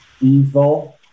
evil